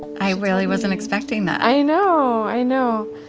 i really wasn't expecting that i know, i know.